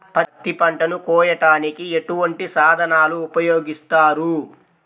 పత్తి పంటను కోయటానికి ఎటువంటి సాధనలు ఉపయోగిస్తారు?